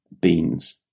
beans